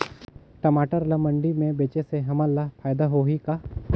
टमाटर ला मंडी मे बेचे से हमन ला फायदा होही का?